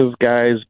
guys